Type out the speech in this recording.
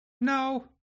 No